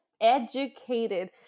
Educated